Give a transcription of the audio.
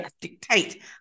dictate